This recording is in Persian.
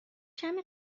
کمی